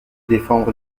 défendre